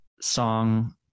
song